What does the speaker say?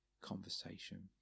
conversation